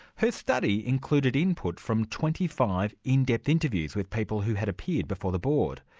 her study included input from twenty five in-depth interviews with people who had appeared before the board.